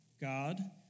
God